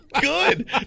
good